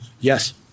Yes